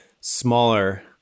smaller